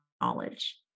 knowledge